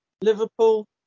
Liverpool